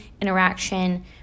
interaction